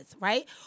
right